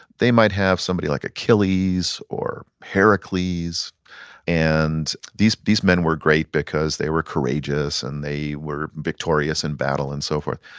they might have somebody like achilles, or heracles, and these these men were great because they were courageous and they were victorious in battle and so forth.